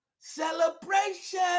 celebration